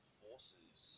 forces